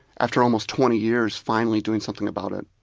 after almost twenty years, finally doing something about it.